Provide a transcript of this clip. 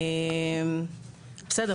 בסדר,